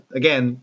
again